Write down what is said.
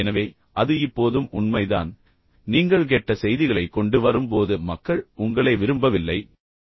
எனவே அது இப்போதும் உண்மைதான் நீங்கள் கெட்ட செய்திகளைக் கொண்டு வரும்போது மக்கள் உங்களை விரும்பவில்லை ஆனால் அது முக்கியம்